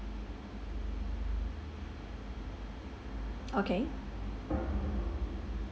okay